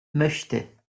möchte